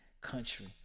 Country